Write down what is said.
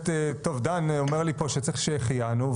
דן אומר לי פה שצריך שהחיינו,